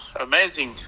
amazing